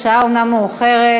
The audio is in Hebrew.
השעה אומנם מאוחרת,